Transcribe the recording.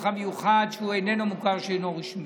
המיוחד שהוא איננו מוכר שאינו רשמי.